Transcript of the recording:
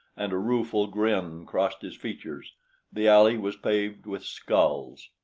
and a rueful grin crossed his features the alley was paved with skulls.